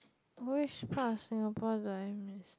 which part of Singapore do I miss